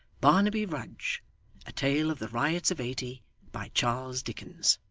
barnaby rudge a tale of the riots of eighty by charles dickens